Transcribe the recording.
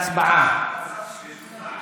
הצבעה.